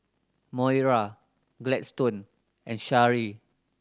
Moira Gladstone and Shari